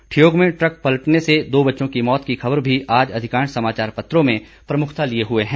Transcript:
ठियोग में ट्रक पलटने से दो बच्चों की मौत की खबर भी आज अधिकांश समाचार पत्रों में प्रमुखता लिए हुए हैं